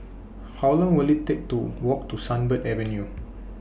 How Long Will IT Take to Walk to Sunbird Avenue